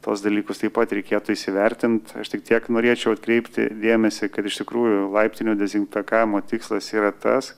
tuos dalykus taip pat reikėtų įsivertint tik tiek norėčiau atkreipti dėmesį kad iš tikrųjų laiptinių dezinfekavimo tikslas yra tas